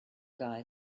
guy